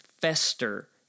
fester